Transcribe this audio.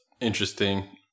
interesting